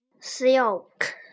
silk